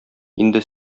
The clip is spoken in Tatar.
инде